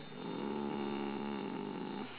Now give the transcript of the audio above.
um